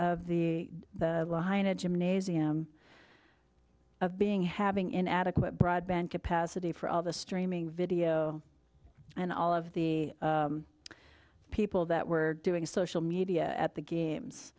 of the the line a gymnasium of being having inadequate broadband capacity for all the streaming video and all of the people that were doing social media at the games